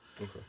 Okay